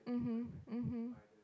mmhmm mmhmm